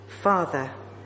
Father